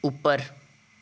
ਉੱਪਰ